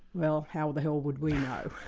well, how the hell would we know?